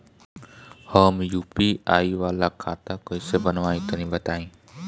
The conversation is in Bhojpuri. हम यू.पी.आई वाला खाता कइसे बनवाई तनि बताई?